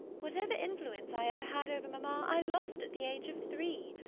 whatever influence i ever had over mamma, i lost at the age of three.